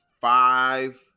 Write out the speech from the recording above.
five